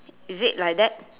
is it like that